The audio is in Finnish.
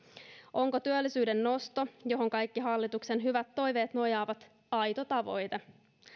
onko työllisyyden nosto johon kaikki hallituksen hyvät toiveet nojaavat aito tavoite